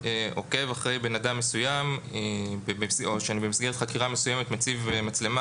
עוקב אחרי בן אדם מסוים או שבמסגרת חקירה מסוימת אני מציב מצלמה